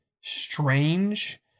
strange